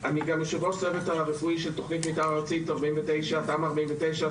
אני גם יושב-ראש צוות רפואי של תמ"א 49,